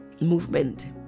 movement